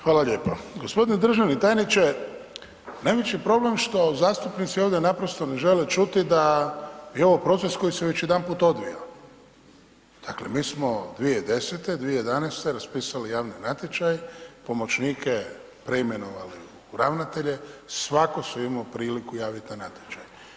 Hvala lijepa, gospodine državni tajniče najveći problem što zastupnici ovdje naprosto ne žele čuti da je ovo proces koji se već jedanput odvija, dakle mi smo 2010./2011. raspisali javni natječaj, pomoćnike preimenovali u ravnatelje, svatko se imao priliku javiti na natječaj.